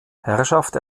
herrschaft